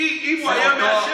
כי אם הוא היה מעשן,